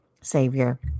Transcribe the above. Savior